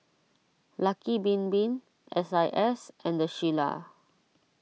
Lucky Bin Bin S I S and the Shilla